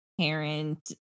parent